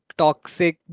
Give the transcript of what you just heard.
toxic